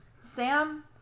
Sam